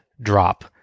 drop